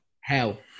Hell